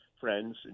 friends